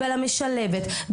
על המשלבת,